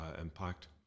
impact